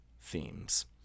themes